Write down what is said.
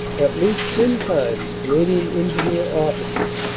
at least ten times canadian engineer officers,